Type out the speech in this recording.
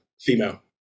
female